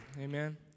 Amen